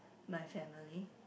my family